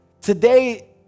today